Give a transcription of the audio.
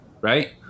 right